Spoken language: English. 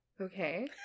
okay